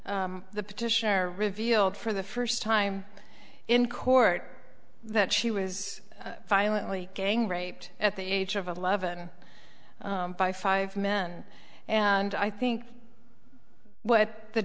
the petitioner revealed for the first time in court that she was violently gang raped at the age of eleven by five men and i think what the